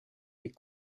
des